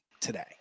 today